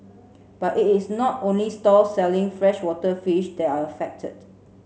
but it is not only stall selling freshwater fish that are affected